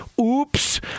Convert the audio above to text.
oops